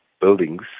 buildings